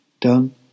done